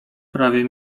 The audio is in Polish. prawie